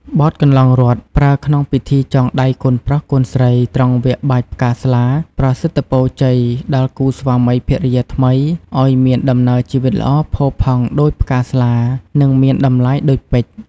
បទកន្លង់រតន៍ ប្រើក្នុងពិធីចងដៃកូនប្រុស កូនស្រី ត្រង់វគ្គបាចផ្កាស្លា ប្រសិទ្ធពរជ័យ ដល់គូស្វាមីភរិយាថ្មី ឱ្យមានដំណើរជីវិតល្អផូរផង់ដូចផ្កាស្លា និងមានតម្លៃដូចពេជ្រ។